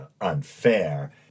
unfair